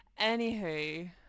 Anywho